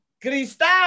Cristal